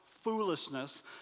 foolishness